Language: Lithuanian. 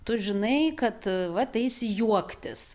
tu žinai kad va tais juoktis